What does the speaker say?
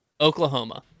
Oklahoma